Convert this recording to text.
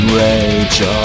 rage